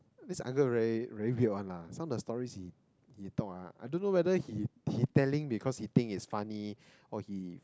this uncle Ray very weird one lah some of the stories he he talk ah I don't know whether he he telling because he think is funny or he